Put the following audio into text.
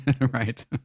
right